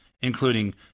including